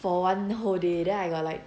for one whole day then I got like